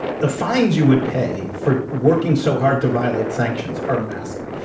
the fines you would pay for working so hard to violate sanctions are massive.